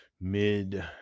mid